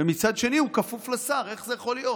ומצד שני הוא כפוף לשר, איך זה יכול להיות?